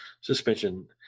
suspension